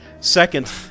Second